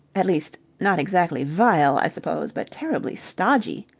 at least, not exactly vile, i suppose, but terribly stodgy.